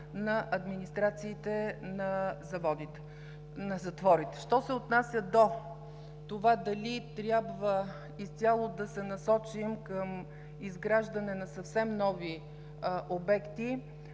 на администрациите на затворите. Що се отнася до това дали трябва изцяло да се насочим към изграждане на съвсем нови обекти,